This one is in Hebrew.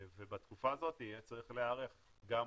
ובתקופה הזאת יהיה צריך להיערך וגם